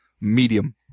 medium